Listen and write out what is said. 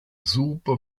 super